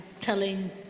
telling